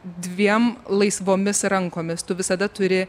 dviem laisvomis rankomis tu visada turi